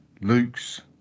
Luke's